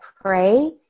pray